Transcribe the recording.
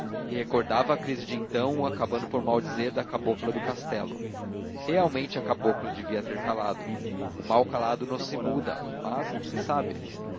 e recordava a crise de então acabando por maldizer da cabocla do castelo realmente a cabocla devia ter calado o mal calado não se muda mas não se sabe